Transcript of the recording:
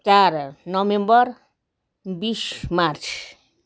चार नोभेम्बर बिस मार्च